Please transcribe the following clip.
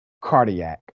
cardiac